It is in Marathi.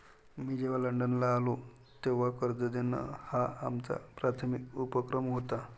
मी जेव्हा लंडनला आलो, तेव्हा कर्ज देणं हा आमचा प्राथमिक उपक्रम होता